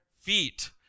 feet